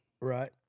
Right